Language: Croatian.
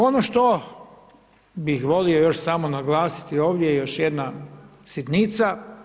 Ono što bih volio još samo naglasiti ovdje, još jedna sitnica.